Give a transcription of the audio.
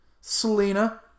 Selena